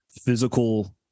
physical